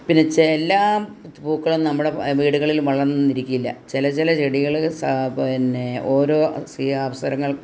പിന്നെ ചില പൂക്കള് നമ്മുടെ വീടുകളിൽ വളർന്നെന്ന് ഇരിക്കില്ല ചില ചില ചെടികള് സ പിന്നെ ഓരോ അവസരങ്ങൾക്കും